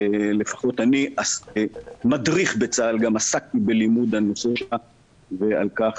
לפחות אני מדריך בצה"ל וגם עסקתי בלימוד הנושא ועל כך